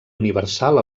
universal